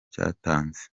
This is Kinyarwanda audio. cyatanze